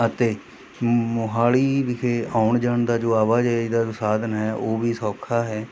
ਅਤੇ ਮ ਮੋਹਾਲੀ ਵਿਖੇ ਆਉਣ ਜਾਣ ਦਾ ਜੋ ਆਵਾਜਾਈ ਦਾ ਸਾਧਨ ਹੈ ਉਹ ਵੀ ਸੌਖਾ ਹੈ